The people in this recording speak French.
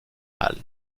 hale